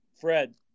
Fred